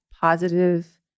positive